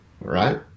Right